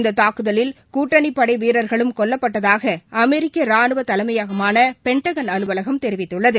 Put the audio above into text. இந்த தாக்குதலில் கூட்டணி படை வீரர்களும் கொல்லப்பட்டதாக அமெரிக்க ரானுவ தலைமையகமான பெண்டகன் தெரிவித்துள்ளது